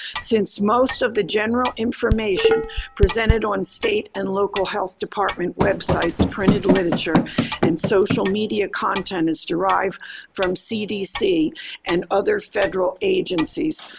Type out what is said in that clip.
since most of the general information presented on state and local health department websites printed literature and social media content is derived from cdc and other federal agencies,